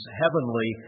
heavenly